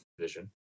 vision